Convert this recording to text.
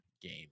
game